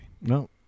No